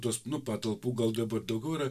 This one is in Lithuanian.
tos nu patalpų gal dabar daugiau yra